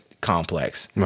complex